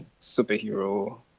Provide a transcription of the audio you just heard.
superhero